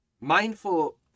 mindful